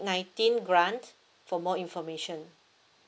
nineteen grant for more information